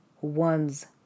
one's